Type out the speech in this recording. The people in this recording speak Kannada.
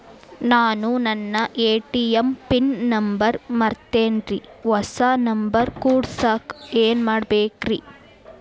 ನಾನು ನನ್ನ ಎ.ಟಿ.ಎಂ ಪಿನ್ ನಂಬರ್ ಮರ್ತೇನ್ರಿ, ಹೊಸಾ ನಂಬರ್ ಕುಡಸಾಕ್ ಏನ್ ಮಾಡ್ಬೇಕ್ರಿ?